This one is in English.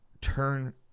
turn